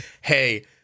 hey